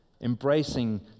embracing